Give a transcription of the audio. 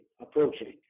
approaching